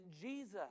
Jesus